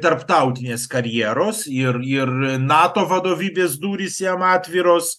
tarptautinės karjeros ir ir nato vadovybės durys jam atviros